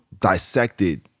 Dissected